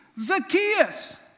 Zacchaeus